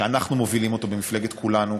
שאנחנו מובילים אותו במפלגת כולנו,